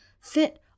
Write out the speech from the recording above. fit